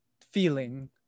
feeling